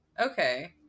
okay